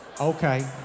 Okay